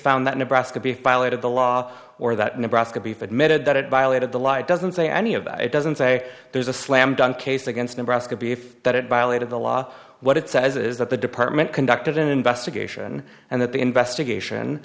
found that nebraska be file out of the law or that nebraska beef admitted that it violated the law it doesn't say any of that it doesn't say there's a slam dunk case against nebraska beef that it violated the law what it says is that the department conducted an investigation and that the investigation